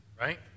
Right